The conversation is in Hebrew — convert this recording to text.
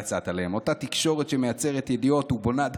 אותה תקשורת שמייצרת ידיעות ובונה דעת קהל,